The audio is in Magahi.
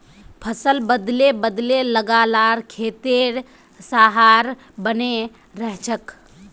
फसल बदले बदले लगा ल खेतेर सहार बने रहछेक